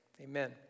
Amen